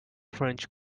french